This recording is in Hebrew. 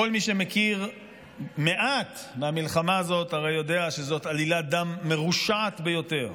כל מי שמכיר מעט מהמלחמה הזאת הרי יודע שזאת עלילת דם מרושעת ביותר.